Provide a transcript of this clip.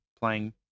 playing